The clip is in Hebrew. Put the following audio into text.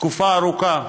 תקופה ארוכה.